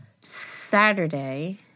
Saturday